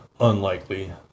unlikely